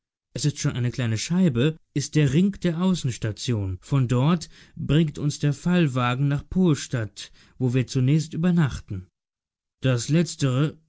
es ist schon eine kleine scheibe ist der ring der außenstation von dort bringt uns der fallwagen nach polstadt wo wir zunächst übernachten das letztere